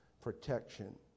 protection